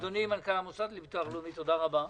אדוני מנכ"ל המוסד לביטוח לאומי, תודה רבה.